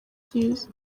byiza